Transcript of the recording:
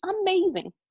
amazing